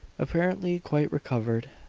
apparently quite recovered,